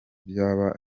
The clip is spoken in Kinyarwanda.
byaba